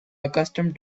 accustomed